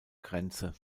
grenze